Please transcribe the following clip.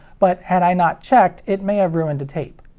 but, had i not checked, it may have ruined a tape.